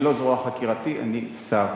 אני לא זרוע חקירתית, אני שר.